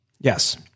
Yes